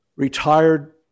retired